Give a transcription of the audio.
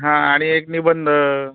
हां आणि एक निबंध